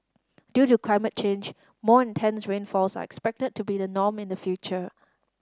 due to climate change more intense rainfalls are expected to be the norm in the future